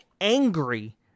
angry